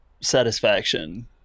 satisfaction